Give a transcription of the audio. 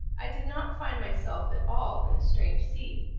i did not find myself at all in a strange sea,